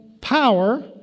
power